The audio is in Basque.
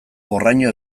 horraino